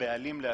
מהבעלים להשלים.